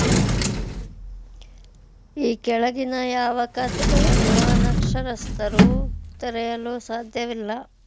ಈ ಕೆಳಗಿನ ಯಾವ ಖಾತೆಗಳನ್ನು ಅನಕ್ಷರಸ್ಥರು ತೆರೆಯಲು ಸಾಧ್ಯವಿಲ್ಲ?